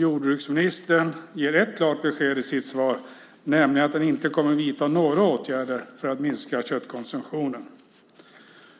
Jordbruksministern ger ett klart besked i sitt svar, nämligen att han inte kommer att vidta några åtgärder för att minska köttkonsumtionen.